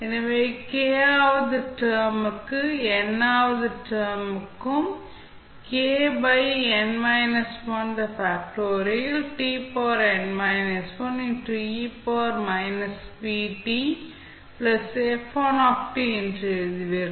எனவே k வது term க்கு n வது டெர்ம் க்கு ப்ளஸ் என்று எழுதுவீர்கள்